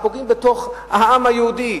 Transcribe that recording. כשפוגעים בתוך העם היהודי,